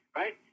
right